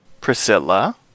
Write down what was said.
Priscilla